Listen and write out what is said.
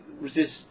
resist